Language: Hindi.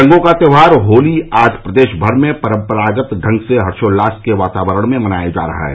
रंगो का त्योहार होली आज प्रदेश भर में परम्परागत ढंग से हर्षोल्लास के वातावरण में मनाया जा रहा है